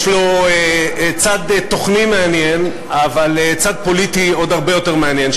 יש לו צד תוכני מעניין אבל צד פוליטי עוד הרבה יותר מעניין,